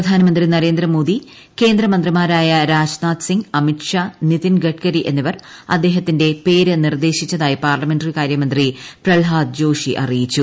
പ്രധാനമന്ത്രി നരേന്ദ്രമോദി കേന്ദ്രമന്ത്രിമാരായ രാജ്നാഥ്സിംഗ് അമിത്ഷാ നിതിൻ ഗഡ്കരി എന്നിവർ അദ്ദേഹത്തിന്റെ പേര് നിർദ്ദേശിച്ചതായി പാർലമെന്ററി കാര്യമന്ത്രി പ്രഹ്ളാദ് ജോഷി അറിയിച്ചു